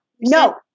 no